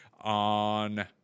on